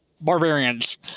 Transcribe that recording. Barbarians